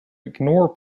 ignore